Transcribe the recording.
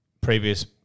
previous